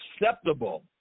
acceptable